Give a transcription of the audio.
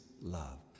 love